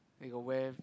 they got wear